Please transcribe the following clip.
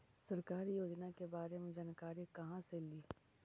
सरकारी योजना के बारे मे जानकारी कहा से ली?